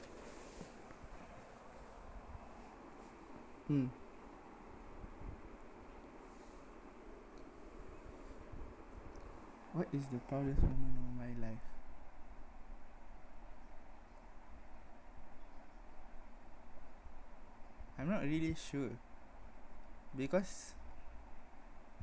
mm what is the proudest moment of my life I'm not really sure because